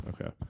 Okay